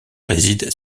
réside